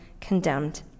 condemned